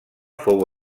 fou